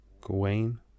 Gawain